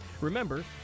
Remember